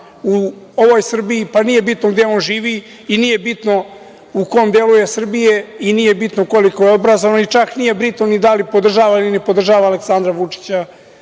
u ovoj Srbiji, pa nije bitno gde on živi i nije bitno u kom delu je Srbije i nije bitno koliko je obrazovan, čak nije bitno ni da li podržavaju ili podržava Aleksandra